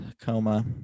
Coma